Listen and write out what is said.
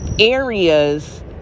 areas